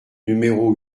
numéro